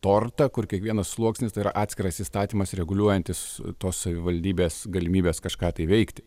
tortą kur kiekvienas sluoksnis tai yra atskiras įstatymas reguliuojantis tos savivaldybės galimybes kažką veikti